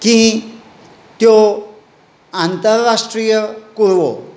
की त्यो आंतरराष्ट्रीय कुरवो